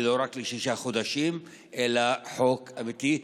ולא רק לשישה חודשים אלא חוק אמיתי.